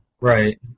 Right